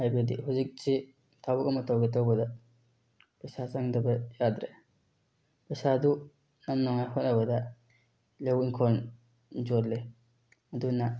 ꯍꯥꯏꯕꯗꯤ ꯍꯧꯖꯤꯛꯁꯤ ꯊꯕꯛ ꯑꯃ ꯇꯧꯒꯦ ꯇꯧꯕꯗ ꯄꯩꯁꯥ ꯆꯪꯗꯕ ꯌꯥꯗ꯭ꯔꯦ ꯄꯩꯁꯥꯗꯨ ꯅꯝꯅꯤꯉꯥꯏ ꯍꯣꯠꯅꯕꯗ ꯂꯧ ꯏꯪꯈꯣꯜ ꯌꯣꯜꯂꯤ ꯑꯗꯨꯅ